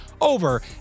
over